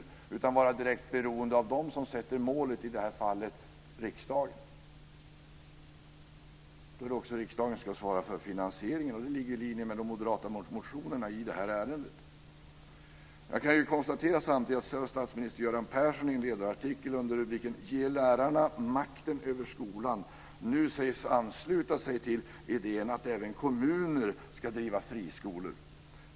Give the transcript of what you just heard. I stället ska de vara direkt beroende av dem som sätter upp målet - i det här fallet riksdagen. Då ska också riksdagen svara för finansieringen. Detta ligger i linje med de moderata motionerna i ärendet. Samtidigt kan jag konstatera att statsminister Göran Persson i en ledarartikel under rubriken "Ge lärarna makten över skolan" nu sägs ansluta sig till idén att även kommuner ska driva friskolor.